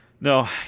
no